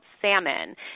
salmon